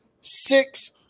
Six